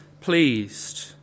pleased